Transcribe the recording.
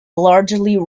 largely